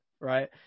right